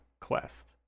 quest